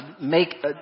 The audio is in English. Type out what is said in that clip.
make